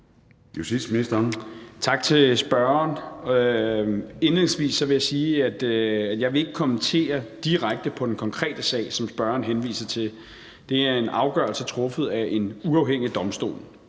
Tak til spørgeren. Indledningsvis vil jeg sige, at jeg ikke vil kommentere direkte på den konkrete sag, som spørgeren henviser til. Det er en afgørelse truffet af en uafhængig domstol.